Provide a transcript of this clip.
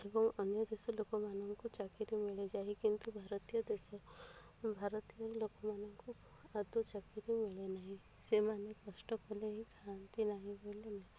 ଏବଂ ଅନ୍ୟ ଦେଶ ଲୋକମାନଙ୍କୁ ଚାକିରି ମିଳିଯାଏ କିନ୍ତୁ ଭାରତୀୟ ଦେଶ ଭାରତୀୟ ଲୋକମାନଙ୍କୁ ଆଦୌ ଚାକିରି ମିଳେ ନାହିଁ ସେମାନେ କଷ୍ଟ କଲେ ହିଁ ଖାଆନ୍ତି ନାହିଁ ବୋଲି ନାହିଁ